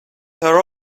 her